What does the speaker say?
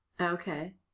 Okay